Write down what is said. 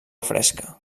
fresca